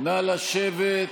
נא לשבת.